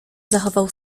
zachował